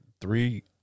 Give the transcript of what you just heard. three